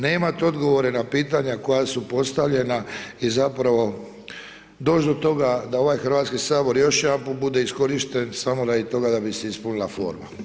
Nemate odgovore na pitanja koja su postavljena i zapravo doći do toga, da ovaj Hrvatski sabor, još jedanput bude iskorišten samo radi toga da bi se ispunila forma.